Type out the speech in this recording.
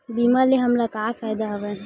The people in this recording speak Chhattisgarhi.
बीमा ले हमला का फ़ायदा हवय?